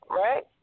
right